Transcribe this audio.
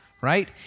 right